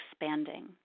expanding